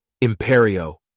Imperio